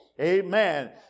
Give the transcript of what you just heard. Amen